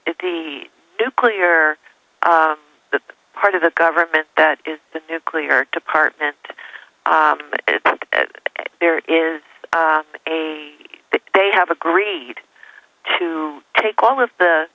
the nuclear the part of the government that is the nuclear department there is a they have agreed to take all of the